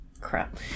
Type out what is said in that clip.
Crap